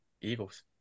Eagles